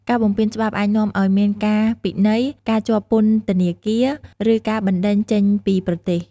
ការបំពានច្បាប់អាចនាំឱ្យមានការពិន័យ ការជាប់ពន្ធនាគារ ឬការបណ្តេញចេញពីប្រទេស។